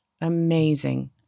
Amazing